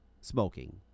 smoking